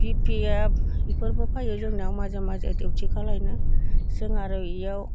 बि P F इफोरबो फायो जोंनाव माजे माजे डिउटि खालामनो जों आरो इयाव